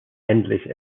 endlich